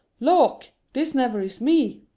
lawk! this never is me!